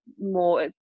more